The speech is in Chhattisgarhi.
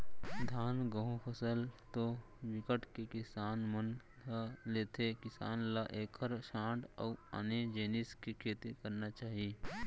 धान, गहूँ फसल तो बिकट के किसान मन ह लेथे किसान ल एखर छांड़ अउ आने जिनिस के खेती करना चाही